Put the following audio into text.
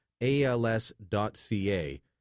ALS.ca